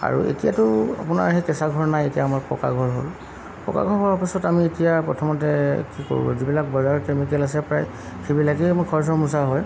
আৰু এতিয়াতো আপোনাৰ সেই কেঁচা ঘৰ নাই এতিয়া আমাৰ পকা ঘৰ হ'ল পকা ঘৰ হোৱাৰ পিছত আমি এতিয়া প্ৰথমতে কি কৰোঁ যিবিলাক বজাৰৰ কেমিকেল আছে প্ৰায় সেইবিলাকেই আমি ঘৰ চৰ মোচা হয়